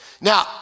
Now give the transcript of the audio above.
Now